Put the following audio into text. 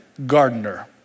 gardener